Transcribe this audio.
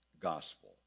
gospel